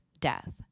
death